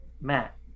Matt